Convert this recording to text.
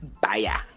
bye